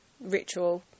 ritual